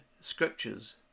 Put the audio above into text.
scriptures